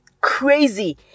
crazy